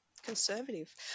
conservative